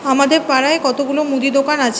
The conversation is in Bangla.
আমাদের পাড়ায় কতগুলো মুদি দোকান আছে